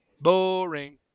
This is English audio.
Boring